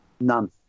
None